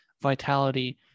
vitality